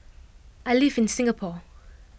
I live in Singapore